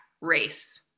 race